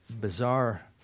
bizarre